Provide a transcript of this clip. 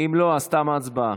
אם לא, אז תמה ההצבעה.